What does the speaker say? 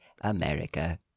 America